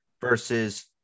versus